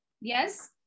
Yes